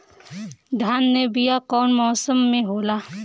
धान के बीया कौन मौसम में होला?